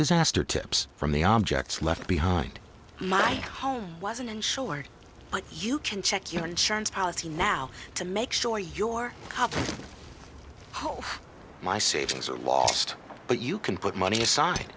disaster tips from the objects left behind my home wasn't insured but you can check your insurance policy now to make sure your home my savings are lost but you can put money aside